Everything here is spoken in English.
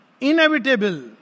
inevitable